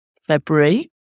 February